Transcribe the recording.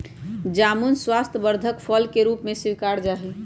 जामुन स्वास्थ्यवर्धक फल के रूप में स्वीकारा जाहई